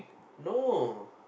no